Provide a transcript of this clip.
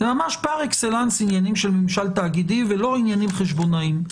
זה ממש פר אקסלנס עניינים של ממשל תאגידי ולא עניינים חשבונאיים.